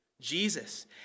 Jesus